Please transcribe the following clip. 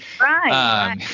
right